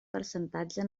percentatge